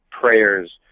prayers